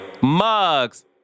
mugs